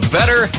Better